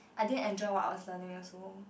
I didn't enjoy what I was learning also